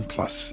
Plus